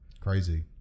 Crazy